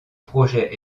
projet